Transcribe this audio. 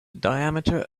diameter